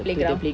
playground